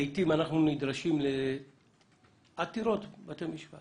לעיתים אנחנו נדרשים לעתירות של בתי משפט